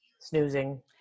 snoozing